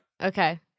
Okay